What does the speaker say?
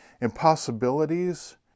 impossibilities